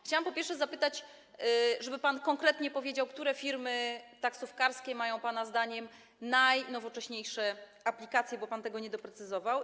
Chciałam, po pierwsze, zapytać, proszę, żeby pan konkretnie powiedział, które firmy taksówkarskie mają pana zdaniem najnowocześniejsze aplikacje, bo pan tego nie doprecyzował.